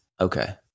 Okay